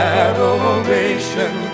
adoration